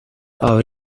our